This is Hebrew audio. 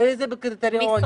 ובאיזה קריטריונים.